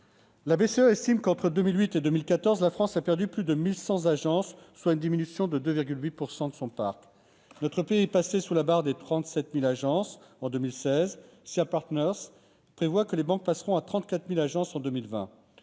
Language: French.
estime que, entre 2008 et 2014, la France a perdu plus de 1 100 agences, soit une diminution de 2,8 % de son parc. Notre pays est passé sous la barre des 37 000 agences en 2016. Sia Partners prévoit que les banques passeront même à 34 000 agences en 2020.